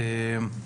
למשל: